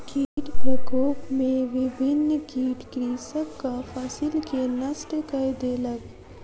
कीट प्रकोप में विभिन्न कीट कृषकक फसिल के नष्ट कय देलक